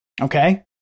Okay